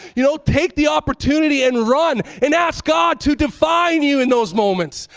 you know, take the opportunity and run and ask god to define you in those moments.